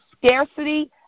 scarcity